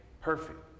perfect